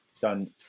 done